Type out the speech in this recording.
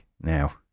now